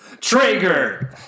Traeger